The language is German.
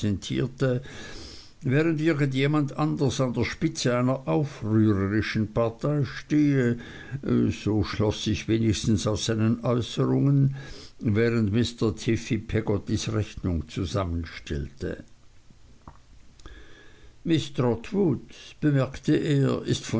während irgend jemand anders an der spitze einer aufrührerischen partei stehe so schloß ich wenigstens aus seinen äußerungen während mr tiffey peggottys rechnung zusammenstellte miß trotwood bemerkte er ist